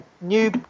new